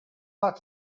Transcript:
ought